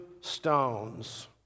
stones